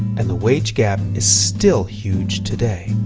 and the wage gap is still huge today.